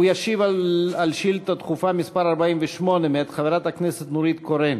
הוא ישיב על שאילתה דחופה מס' 48 מאת חברת הכנסת נורית קורן.